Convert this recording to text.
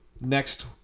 next